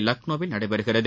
லக்னோவில் நடைபெறுகிறது